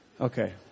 Okay